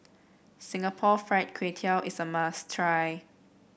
Singapore Fried Kway Tiao is a must try